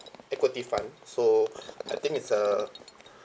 equity fund so I think it's a